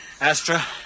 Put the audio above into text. Astra